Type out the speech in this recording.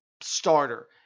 starter